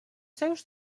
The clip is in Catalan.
seus